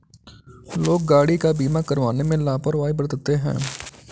लोग गाड़ी का बीमा करवाने में लापरवाही बरतते हैं